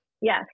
Yes